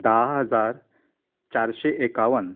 धा हजार चारशें एकावन्न